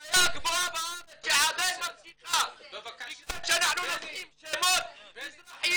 האפליה הגבוהה בארץ שעדיין ממשיכה בגלל שאנחנו נושאים שמות מזרחיים.